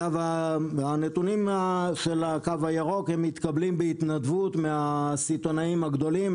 הנתונים של הקו הירוק מתקבלים בהתנדבות מהסיטונאים הגדולים.